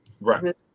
Right